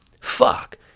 fuck